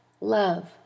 love